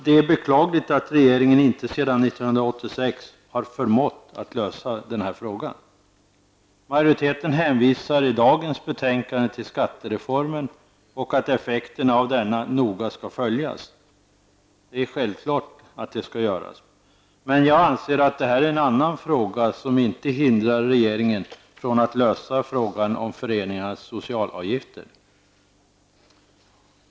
Det är beklagligt att regeringen inte sedan 1986 har förmått att lösa denna fråga. Majoriteten hänvisar i dagens betänkande till skattereformen och att effekterna av denna noga skall följas. Det är självklart. Men jag anser att det här är en annan fråga, som inte hindrar regeringen från att lösa frågan om föreningarnas socialavgifter.